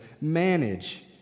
manage